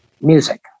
music